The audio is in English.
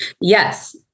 Yes